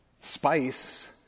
spice